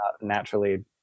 naturally